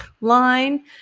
line